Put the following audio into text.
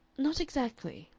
not exactly.